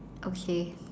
okay